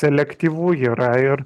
selektyvu yra ir